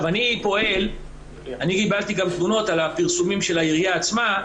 אני קיבלתי גם תלונות על הפרסומים של העירייה עצמה.